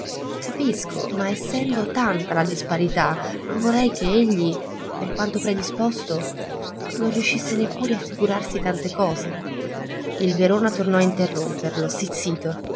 capisco ma essendo tanta la disparità non vorrei che egli per quanto predisposto non riuscisse neppure a figurarsi tante cose il verona tornò a interromperlo stizzito